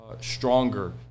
stronger